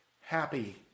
happy